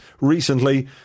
recently